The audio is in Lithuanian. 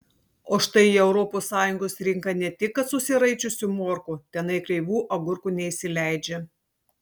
o štai į europos sąjungos rinką ne tik kad susiraičiusių morkų tenai kreivų agurkų neįsileidžia